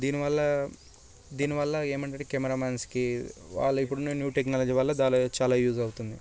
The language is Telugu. దీనివల్ల దీనివల్ల ఏమిటంటే కెమెరామ్యాన్స్కి వాళ్ళకి ఇప్పుడున్న న్యూ టెక్నాలజీ వల్ల దాల చాలా యూజ్ అవుతుంది